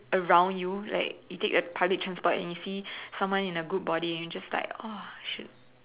around you like you take a public transport and you see someone in a good body you just like !wah! shit